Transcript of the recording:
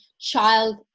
child